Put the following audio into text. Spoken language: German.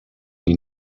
die